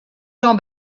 jean